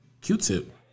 Q-tip